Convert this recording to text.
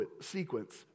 sequence